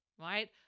right